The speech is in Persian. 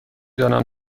دانم